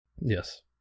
Yes